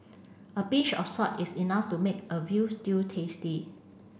a pinch of salt is enough to make a veal stew tasty